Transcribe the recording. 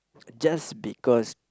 just because